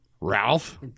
Ralph